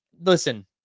listen